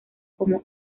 como